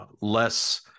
less